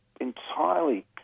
entirely